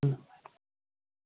ꯎꯝ